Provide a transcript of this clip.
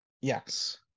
yes